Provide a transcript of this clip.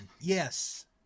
yes